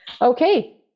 Okay